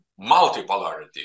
multipolarity